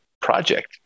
project